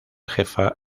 jefa